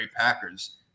Packers